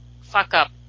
fuck-up